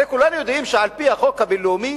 הרי כולם יודעים שעל-פי החוק הבין-לאומי